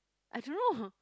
I don't know